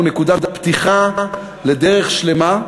הוא נקודת פתיחה לדרך שלמה,